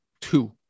two